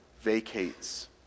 vacates